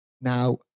Now